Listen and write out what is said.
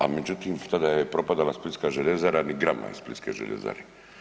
A međutim, tada je propadala splitska željezara ni grama iz splitske željezare.